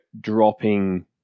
dropping